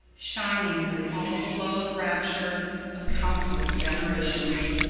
shining with all the love-rapture of countless generations,